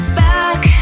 back